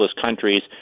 countries